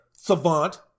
savant